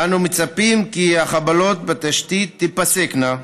אנו מצפים כי החבלות בתשתיות תיפסקנה,